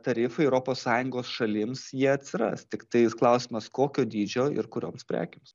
tarifai europos sąjungos šalims jie atsiras tik tais klausimas kokio dydžio ir kurioms prekėms